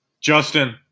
Justin